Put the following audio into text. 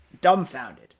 dumbfounded